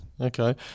okay